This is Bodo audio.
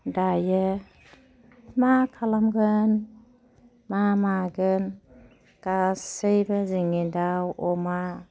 दायो मा खालामगोन मा मागोन गासैबो जोंनि दाउ अमा